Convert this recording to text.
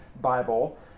Bible